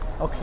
Okay